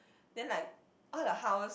then like all the house